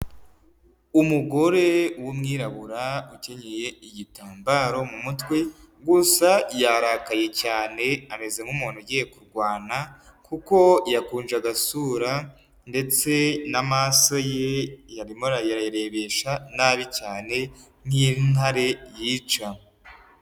Umugore w'umwirabura ukenyeye igitambaro mu mutwe, gusa yarakaye cyane, ameze nk'umuntu ugiye kurwana kuko yakunje agasura ndetse n'amaso ye arimo arayarebesha nabi cyane nk'intare yica.